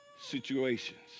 situations